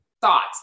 thoughts